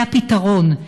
זה הפתרון.